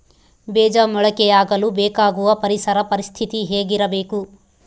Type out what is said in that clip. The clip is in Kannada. ಬೇಜ ಮೊಳಕೆಯಾಗಲು ಬೇಕಾಗುವ ಪರಿಸರ ಪರಿಸ್ಥಿತಿ ಹೇಗಿರಬೇಕು?